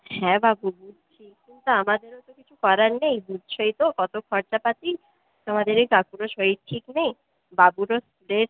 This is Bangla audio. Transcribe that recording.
হ্যাঁ বাবু বুঝছি কিন্তু আমাদেরও তো কিছু করার নেই বুঝছই তো কত খরচাপাতি তোমাদের এই কাকুরও শরীর ঠিক নেই বাবুরও ড্রেস